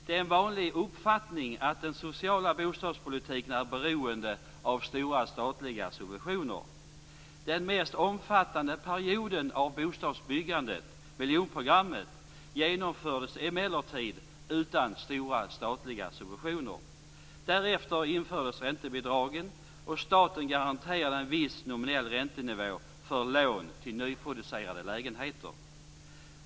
Det är en vanlig uppfattning att den sociala bostadspolitiken är beroende av stora statliga subventioner. Den mest omfattande perioden av bostadsbyggande, miljonprogrammet, genomfördes emellertid utan stora statliga subventioner. Därefter infördes räntebidragen och staten garanterade en viss nominell räntenivå för lån till nyproducerade lägenheter.